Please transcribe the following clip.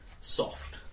soft